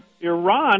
Iran